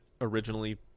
originally